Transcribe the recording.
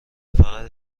فقط